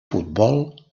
futbol